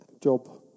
Job